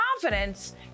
confidence